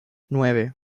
nueve